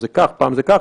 עובדים במשרד הבריאות,